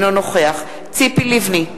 אינו נוכח ציפי לבני,